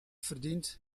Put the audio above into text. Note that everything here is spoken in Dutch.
verdiend